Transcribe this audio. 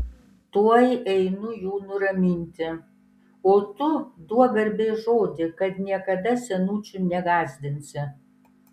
tuoj einu jų nuraminti o tu duok garbės žodį kad niekada senučių negąsdinsi